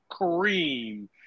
Kareem